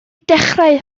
dechrau